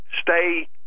stay